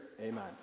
amen